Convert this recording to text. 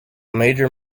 major